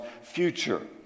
future